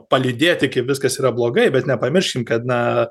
paliūdėti kaip viskas yra blogai bet nepamirškim kad na